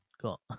got